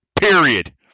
Period